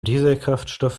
dieselkraftstoff